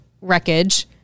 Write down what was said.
wreckage